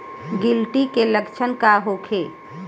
गिलटी के लक्षण का होखे?